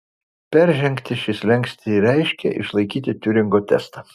peržengti šį slenkstį ir reiškė išlaikyti tiuringo testą